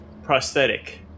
prosthetic